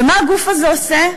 ומה הגוף הזה עושה?